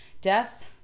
death